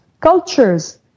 cultures